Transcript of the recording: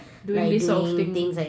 doing this sort of things